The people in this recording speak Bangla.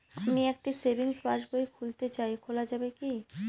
আমি একটি সেভিংস পাসবই খুলতে চাই খোলা যাবে কি?